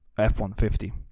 f-150